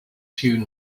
hewn